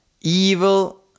Evil